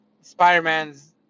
Spider-Man's